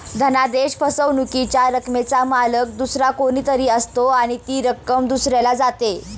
धनादेश फसवणुकीच्या रकमेचा मालक दुसरा कोणी तरी असतो आणि ती रक्कम दुसऱ्याला जाते